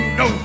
no